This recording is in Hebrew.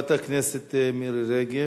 חברת הכנסת מירי רגב.